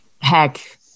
heck